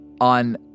on